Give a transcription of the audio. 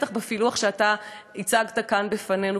בטח הפילוח שאתה הצגת כאן בפנינו.